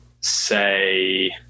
say